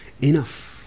enough